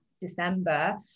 December